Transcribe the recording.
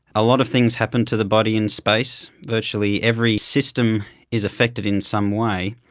a lot of things happen to the body in space, virtually every system is affected in some way.